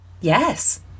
Yes